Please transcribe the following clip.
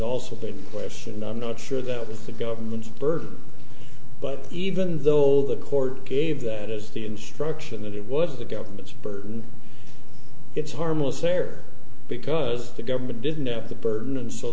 also a question i'm not sure that with the government's burden but even though all the court gave that is the instruction that it was the government's burden it's harmless error because the government didn't have the burden and so